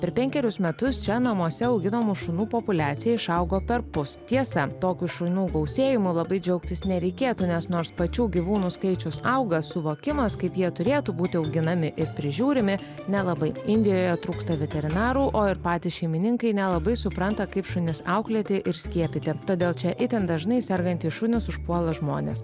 per penkerius metus čia namuose auginamų šunų populiacija išaugo perpus tiesa tokiu šunų gausėjimu labai džiaugtis nereikėtų nes nors pačių gyvūnų skaičius auga suvokimas kaip jie turėtų būti auginami ir prižiūrimi nelabai indijoje trūksta veterinarų o ir patys šeimininkai nelabai supranta kaip šunis auklėti ir skiepyti todėl čia itin dažnai sergantys šunys užpuola žmones